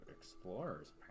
explorers